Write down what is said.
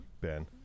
Ben